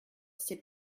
c’est